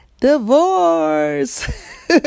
divorce